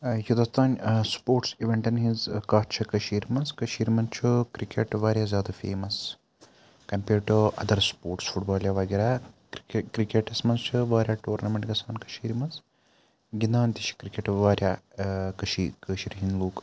ٲں یوٚتَتھ تانۍ ٲں سپورٹٕس اِویٚنٹَن ہنٛز ٲں کَتھ چھِ کٔشیٖر منٛز کٔشیٖر منٛز چھُ کِرکٹ واریاہ زیادٕ famous compared to other sports football یا وَغیرہ کہِ کِرکٹَس منٛز چھِ واریاہ ٹورنامیٚنٛٹ گَژھان کٔشیٖرِ منٛز گِنٛدان تہِ چھِ کِرکٹ واریاہ ٲں کٔشیٖرۍ کٲشِر ہنٛدۍ لوٗکھ